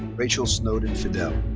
rachel snowden fidel.